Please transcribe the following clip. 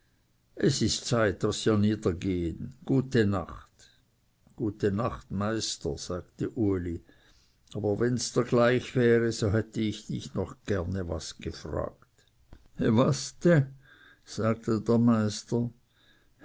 es ist zeit daß wir niedergehen gute nacht gute nacht meister sagte uli aber wenns dr gleich wär so hätte ich dich gerne noch was gefragt he was de sagte der meister